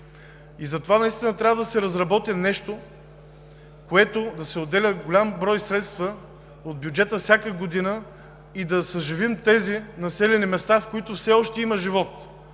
Затова трябва да се разработи нещо, за което да се отделят голям брой средства от бюджета всяка година и да съживим тези населени места, в които все още има живот,